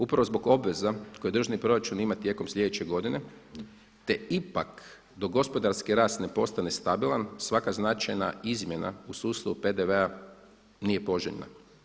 Upravo zbog obveza koje državni proračun ima tijekom sljedeće godine, te ipak dok gospodarski rast ne postane stabilan svaka značajna izmjena u sustavu PDV-a nije poželjna.